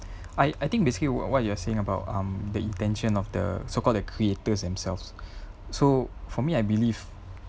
I I think basically what you are saying about um the intention of the so called the creators themselves so for me I believe